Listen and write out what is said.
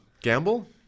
gamble